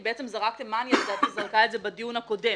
כי בעצם --- זרקה את זה בדיון הקודם,